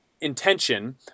intention